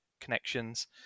connections